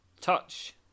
Touch